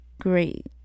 great